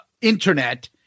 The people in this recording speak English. internet